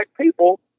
people